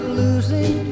losing